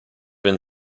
been